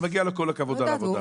אבל מגיע לו כל הכבוד על העבודה.